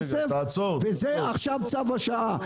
וזה עכשיו צו השעה,